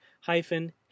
hyphen